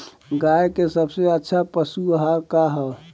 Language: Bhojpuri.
गाय के सबसे अच्छा पशु आहार का ह?